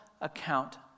account